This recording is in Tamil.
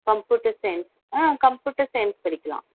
கம்ப்யூட்டர் சயின்ஸ் கம்ப்யூட்டர் சயின்ஸ் படிக்கலாம்